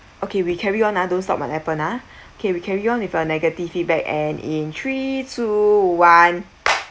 okay we carry on ah don't stop my appen ah okay we carry on with a negative feedback and in three two one